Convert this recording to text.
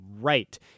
right